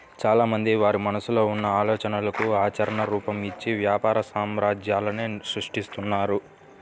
చాలామంది వారి మనసులో ఉన్న ఆలోచనలకు ఆచరణ రూపం, ఇచ్చి వ్యాపార సామ్రాజ్యాలనే సృష్టిస్తున్నారు